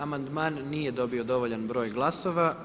Amandman nije dobio dovoljan broj glasova.